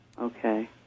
okay